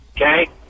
okay